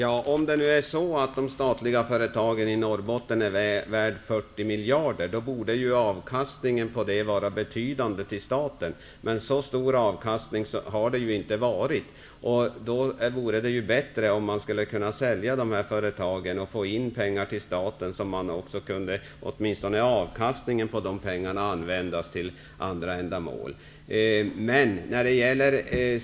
Herr talman! Om de statliga företagen i Norrbotten är värda 40 miljarder, borde avkastningen till staten vara betydande, men så stor avkastning har det ju inte varit. Då vore det bättre om man kunde sälja företagen och få in pengar till staten så att åtminstone avkastningen på de pengarna kunde användas till andra ändamål.